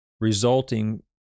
resulting